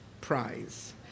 prize